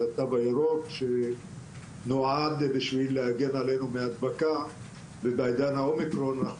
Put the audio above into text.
התו הירוק שנועד בשביל להגן עלינו מהדבקה ובעידן האומיקרון אנחנו